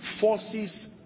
forces